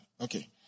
Okay